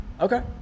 Okay